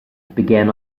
began